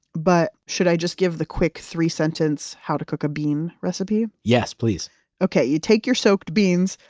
but should i just give the quick three sentence, how to cook a bean recipe? yes, please okay, you take your soaked beans,